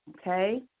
Okay